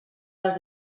les